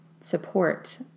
support